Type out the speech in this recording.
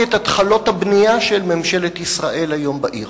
את התחלות הבנייה של ממשלת ישראל היום בעיר.